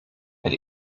het